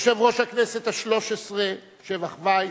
יושב-ראש הכנסת השלוש-עשרה שבח וייס,